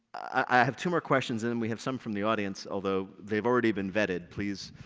i have two more questions and then we have some from the audience, although they have already been vetted, please,